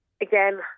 again